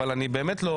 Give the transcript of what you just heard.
אבל אני באמת לא,